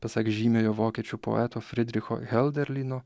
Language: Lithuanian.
pasak žymiojo vokiečių poeto fridricho helderlyno